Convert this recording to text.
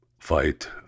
fight